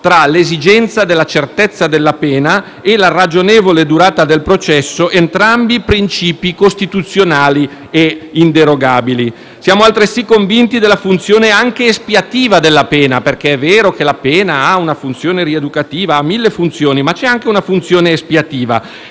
tra l'esigenza della certezza della pena e la ragionevole durata del processo, entrambi princìpi costituzionali inderogabili. Siamo altresì convinti della funzione anche espiativa della pena. Infatti, è vero che la pena ha una funzione rieducativa, ma ha mille altre funzioni, tra cui quella espiativa.